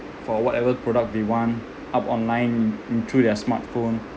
for whatever product they want up online through their smartphone